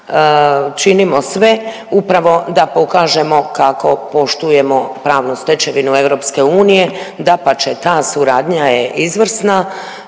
činimo sve upravo da pokažemo kako poštujemo pravnu stečevinu EU, dapače ta suradnja je izvrsna